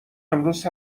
امروز